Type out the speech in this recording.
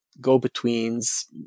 go-betweens